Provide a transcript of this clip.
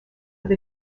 with